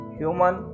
human